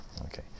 okay